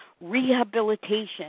rehabilitation